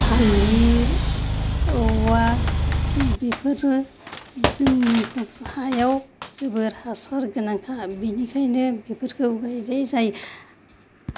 थालिर औवा बेफोरो जोंनि गुफुर हायाव जोबोर हासार गोनांखा बिनिखायनो बेफोरखौ गायनाय जायो